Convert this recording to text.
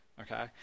okay